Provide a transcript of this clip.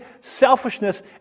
selfishness